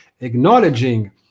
acknowledging